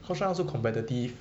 cause now also competitive